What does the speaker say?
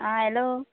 आं हॅलो